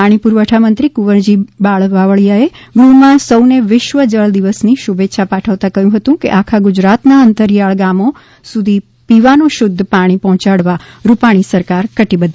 પાણી પુરવઠા મંત્રી કુંવરજીભાઇ બાવળિયાએ ગૃહમાં સૌને વિશ્વ જળ દિવસની શુભેચ્છા પાઠવતા કહ્યું હતું કે આખા ગુજરાતનાં અંતરિયાળ ગામો સુધી પીવાનું શુદ્ધ પાણી પહોંચાડવા રૂપાણી સરકાર કટિબદ્ધ છે